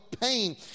pain